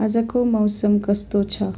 आजको मौसम कस्तो छ